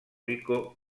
rico